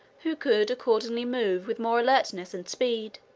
who could accordingly move with more alertness and speed,